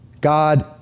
God